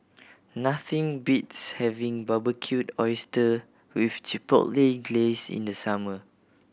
nothing beats having Barbecued Oyster with Chipotle Glaze in the summer